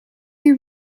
you